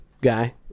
guy